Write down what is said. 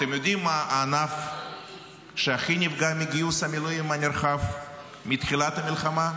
אתם יודעים מה הענף שהכי נפגע מגיוס המילואים הנרחב מתחילת המלחמה?